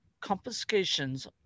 confiscations